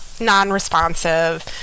non-responsive